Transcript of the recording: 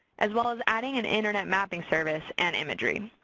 as well as adding an internet mapping service and imagery.